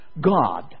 God